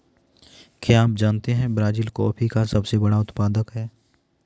क्या आप जानते है ब्राज़ील कॉफ़ी का सबसे बड़ा उत्पादक है